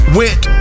went